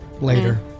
Later